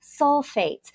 sulfates